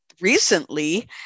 recently